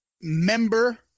member